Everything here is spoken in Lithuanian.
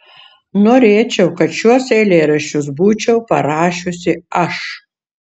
norėčiau kad šiuos eilėraščius būčiau parašiusi aš